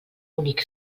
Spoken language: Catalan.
únic